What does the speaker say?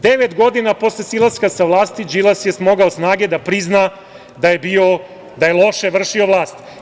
Devet godina posle silaska sa vlasti, Đilas je smogao snage da prizna da je loše vršio vlast.